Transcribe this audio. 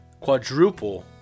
Quadruple